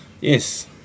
Yes